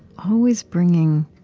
always bringing